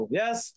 yes